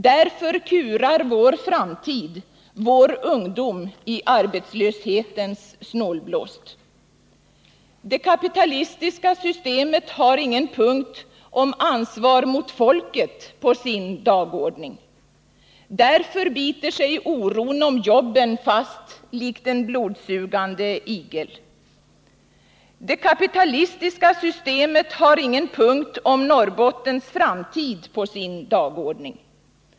Därför kurar vår framtid — i arbetslöshetens snålblåst. Det kapitalistiska systemet har ingen punkt om ansvar mot folket på sin dagordning. Därför biter sig oron om jobben fast likt en blodsugande igel. Det kapitalistiska systemet har ingen punkt om Norrbottens framtid på sin dagordning.